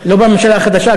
לא בממשלה החדשה,